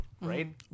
right